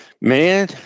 Man